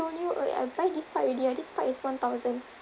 told you err I buy this part already ah this part is one thousand